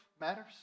matters